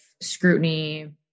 scrutiny